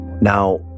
Now